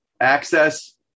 access